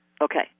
Okay